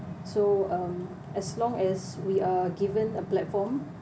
so um as long as we are given a platform